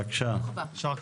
יישר כוח.